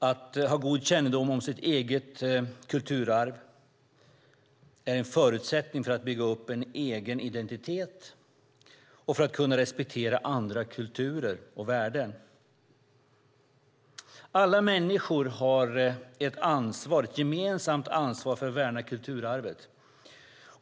Att ha god kännedom om sitt eget kulturarv är en förutsättning för att bygga upp en egen identitet och för att kunna respektera andra kulturer och värden. Alla människor har ett gemensamt ansvar att värna kulturarvet.